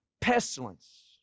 pestilence